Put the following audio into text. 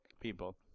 people